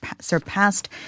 surpassed